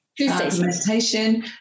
Meditation